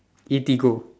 Eatigo